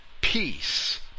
peace